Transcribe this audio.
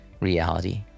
reality